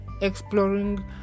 exploring